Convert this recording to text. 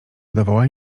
udawała